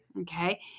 okay